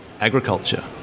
agriculture